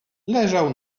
leżał